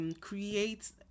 Create